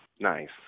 Nice